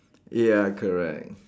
ya correct